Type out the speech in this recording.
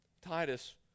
Titus